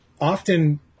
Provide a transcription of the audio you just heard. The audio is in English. often